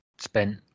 spent